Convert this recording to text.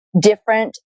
different